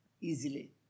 easily